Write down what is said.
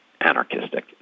anarchistic